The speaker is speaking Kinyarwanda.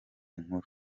nkuru